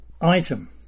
Item